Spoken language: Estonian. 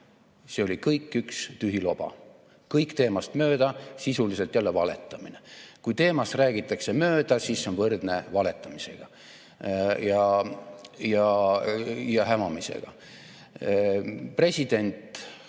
See oli kõik üks tühi loba, kõik teemast mööda, sisuliselt jälle valetamine. Kui teemast räägitakse mööda, siis see on võrdne valetamisega ja hämamisega. Presidendi